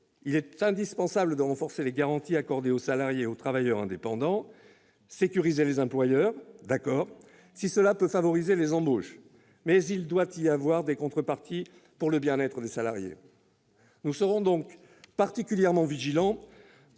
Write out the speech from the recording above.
Il est indispensable de renforcer les garanties accordées aux salariés et aux travailleurs indépendants. Sécuriser les employeurs ? D'accord, si cela peut favoriser les embauches, mais il doit y avoir des contreparties en termes de bien-être des salariés. Nous serons donc particulièrement vigilants